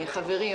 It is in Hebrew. חברי,